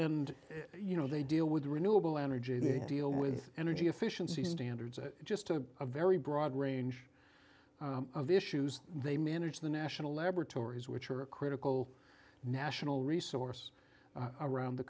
and you know they deal with renewable energy they deal with energy efficiency standards it just a very broad range of issues they manage the national laboratories which are a critical national resource around the